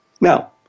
Now